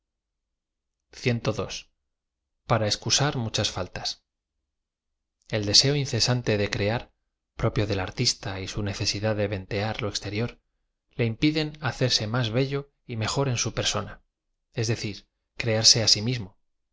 a ra excusar muchas faltas e l deseo incesante de crear propio dol artista y su necesidad de ventear lo exterior le impiden hacerse más bello y m ejor en su persona es decir crearse á si mismo